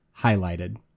highlighted